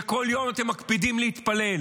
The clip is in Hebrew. שכל יום אתם מקפידים להתפלל?